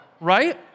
right